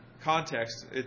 context